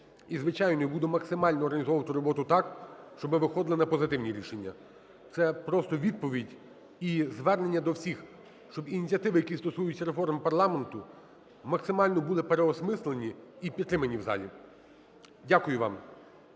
І, звичайно, буду максимально організовувати роботу так, щоб ми виходили на позитивні рішення. Це просто відповідь і звернення до всіх, щоб ініціативи, які стосуються реформ парламенту, максимально були переосмислені і підтримані в залі. Дякую вам.